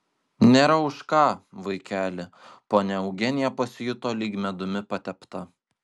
nėra už ką vaikeli ponia eugenija pasijuto lyg medumi patepta